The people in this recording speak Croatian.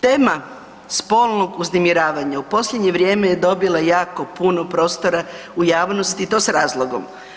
Tema spolnog uznemiravanja, u posljednje vrijeme je dobila jako puno prostora u javnosti i to s razlogom.